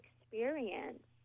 experience